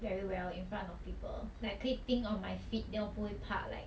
very well in front of people like 可以 think on my feet then 我不会怕 like